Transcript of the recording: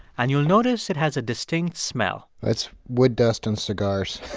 and you'll notice it has a distinct smell it's wood dust and cigars.